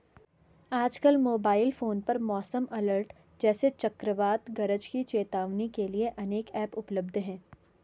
आजकल mobile phone पर मौसम अलर्ट जैसे चक्रवात गरज की चेतावनी के लिए अनेक ऐप उपलब्ध है